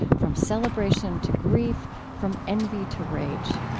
from celebration to grief, from envy to rage